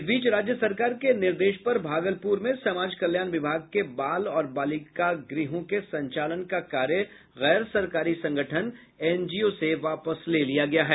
इस बीच राज्य सरकार के निर्देश पर भागलपुर में समाज कल्याण विभाग के बाल और बालिका गृहों के संचालन का कार्य गैर सरकारी संगठन एनजीओ से वापस ले लिया गया है